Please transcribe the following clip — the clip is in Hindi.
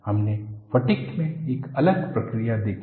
हमने फटिग में एक अलग प्रक्रिया देखी